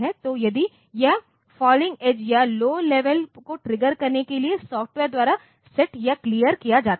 तो यदि यह फॉलिंग एज या लौ लेवल को ट्रिगर करने के लिए सॉफ़्टवेयर द्वारा सेट या क्लियर किया जाता है